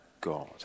God